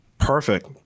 Perfect